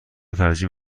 ترجیح